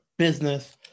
business